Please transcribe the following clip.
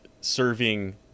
serving